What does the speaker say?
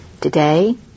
Today